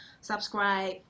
subscribe